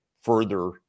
further